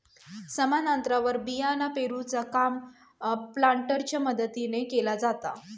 समान अंतरावर बियाणा पेरूचा काम प्लांटरच्या मदतीने केला जाता